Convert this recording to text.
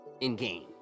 in-game